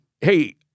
Hey